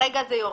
כרגע זה יורד.